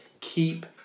keep